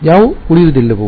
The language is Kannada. ಯಾವು ಉಳಿಯುವುದಿಲ್ಲವೋ